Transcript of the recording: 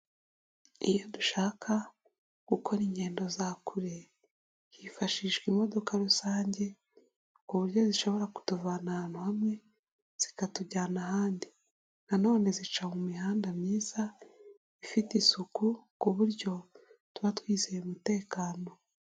Iyo dushaka gukora ingendo za kure, hifashishwa imodoka rusange, ku buryo zishobora kutuvana ahantu hamwe, zikatujyana ahandi. Nanone zica mu mihanda myiza, ifite isuku, ku buryo tuba twizeye umutekano.